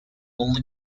only